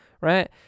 right